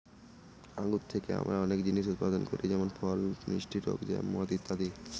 আঙ্গুর থেকে আমরা অনেক জিনিস উৎপাদন করি যেমন ফল, মিষ্টি টক জ্যাম, মদ ইত্যাদি